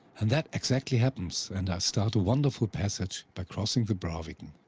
and that exactly happens, and i start a wonderful passage, by crossing the braviken.